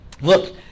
Look